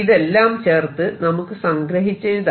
ഇതെല്ലാം ചേർത്ത് നമുക്ക് സംഗ്രഹിച്ചെഴുതാം